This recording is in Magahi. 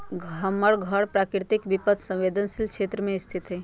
हमर घर प्राकृतिक विपत संवेदनशील क्षेत्र में स्थित हइ